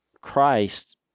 christ